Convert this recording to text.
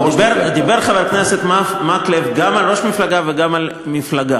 דיבר חבר הכנסת מקלב גם על ראש מפלגה וגם על מפלגה.